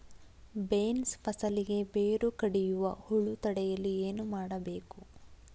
Beans ಫಸಲಿಗೆ ಬೇರು ಕಡಿಯುವ ಹುಳು ತಡೆಯಲು ಏನು ಮಾಡಬೇಕು?